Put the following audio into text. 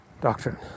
doctrine